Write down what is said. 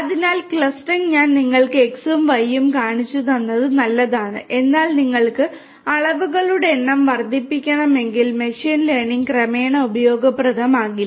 അതിനാൽ ക്ലസ്റ്ററിംഗ് ഞാൻ നിങ്ങൾക്ക് x ഉം y ഉം കാണിച്ചുതന്നത് നല്ലതാണ് എന്നാൽ നിങ്ങൾക്ക് അളവുകളുടെ എണ്ണം വർദ്ധിപ്പിക്കണമെങ്കിൽ മെഷീൻ ലേണിംഗ് ക്രമേണ ഉപയോഗപ്രദമാകില്ല